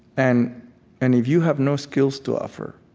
and and if you have no skills to offer,